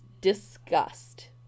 disgust